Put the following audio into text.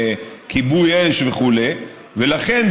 כיבוי אש וכו' ולכן,